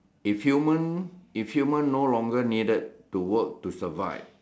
if human if human no longer needed to work to survive